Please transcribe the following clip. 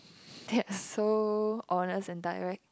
they are so honest and direct